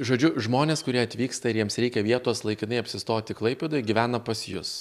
žodžiu žmonės kurie atvyksta ir jiems reikia vietos laikinai apsistoti klaipėdoj gyvena pas jus